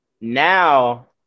now